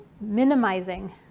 Minimizing